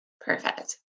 Perfect